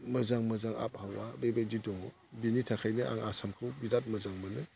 मोजां मोजां आबहावा बेबायदि दङ बेनि थाखायनो आं आसामखौ बिराद मोजां मोनो